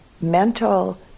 mental